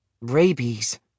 rabies